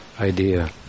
idea